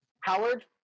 Howard